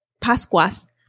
pascuas